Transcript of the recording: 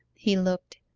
he looked,